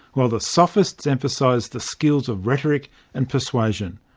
while the sophists emphasised the skills of rhetoric and persuasion.